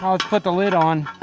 um let's put the lid on.